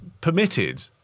permitted